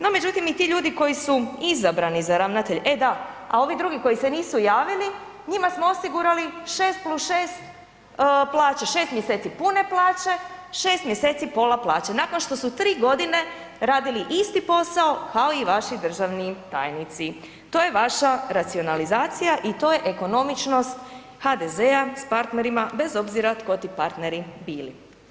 No međutim, i ti ljudi koji su izabrani za ravnatelje, e da, a ovi drugi koji se nisu javili njima smo osigurali 6+6 plaće, 6 mjeseci pune plaće, 6 mjeseci pola plaće nakon što su 3 godine radili isti posao kao i vaši državni tajnici, to je vaša racionalizacija i to je ekonomičnost HDZ-a s partnerima bez obzira tko ti partneri bili.